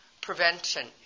prevention